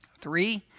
Three